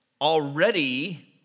already